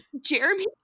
Jeremy